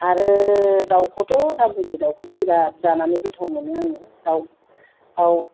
आरो दाउखौथ' दाबुंसै दाउखौथ' बिराद जानानै गोथाव मोनो आङो दाउआव